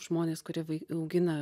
žmonės kurie augina